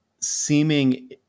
seeming